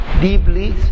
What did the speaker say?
deeply